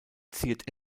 ziert